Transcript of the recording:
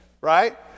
Right